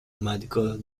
medical